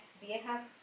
viejas